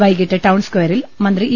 Y കീട്ട് ടൌൺസ്ക്യറിൽ മന്ത്രി ഇ